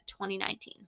2019